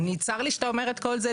צר לי שאתה אומר את כל זה,